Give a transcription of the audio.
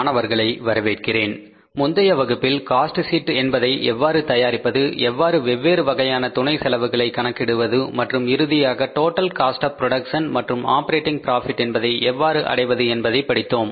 மாணவர்களை வரவேற்கிறேன் முந்தைய வகுப்பில் காஸ்ட் ஷீட் என்பதை எவ்வாறு தயாரிப்பது எவ்வாறு வெவ்வேறு வகையான துணை செலவுகளை கணக்கிடுவது மற்றும் இறுதியாக டோடல் காஸ்ட் ஆப் புரோடக்சன் மற்றும் ஆப்பரேட்டிங் ப்ராபிட் என்பதை எவ்வாறு அடைவது என்பதை பற்றி படித்தோம்